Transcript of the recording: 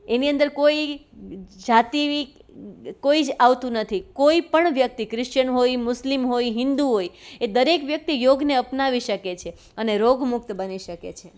એની અંદર કોઈ જાતિ કોઈ જ આવતું નથી કોઈ પણ વ્યક્તિ ક્રિશ્ચન હોય મુસ્લિમ હોય હિન્દુ હોય એ દરેક વ્યક્તિ યોગને અપનાવી શકે છે અને રોગમુક્ત બની શકે છે